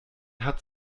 hat